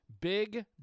big